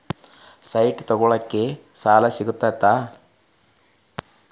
Site ತಗೋಳಿಕ್ಕೆ ಸಾಲಾ ಸಿಗ್ತದಾ?